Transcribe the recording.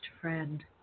friend